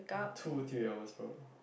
two three hours probably